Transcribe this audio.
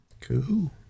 Cool